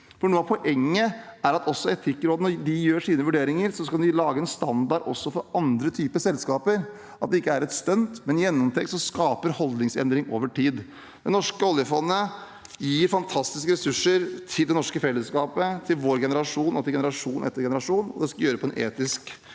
for noe av poenget er at når Etikkrådet gjør sine vurderinger, skal de lage en standard også for andre typer selskaper. Det skal ikke være et stunt, men gjennomtenkt, og det skal skape holdningsendring over tid. Det norske oljefondet gir fantastiske ressurser til det norske fellesskapet, til vår generasjon og til generasjon etter generasjon, og det skal gjøres med en etisk